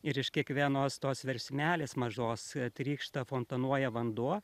ir iš kiekvienos tos versmelės mažos trykšta fontanuoja vanduo